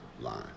line